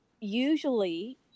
Usually